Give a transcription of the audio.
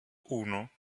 uno